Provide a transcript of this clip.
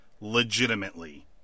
legitimately